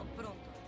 pronto